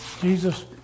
jesus